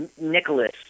Nicholas